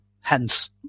hence